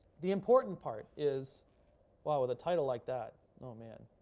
the important part is while with a title like that, oh, man,